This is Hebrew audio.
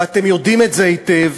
ואתם יודעים את זה היטב,